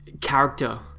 character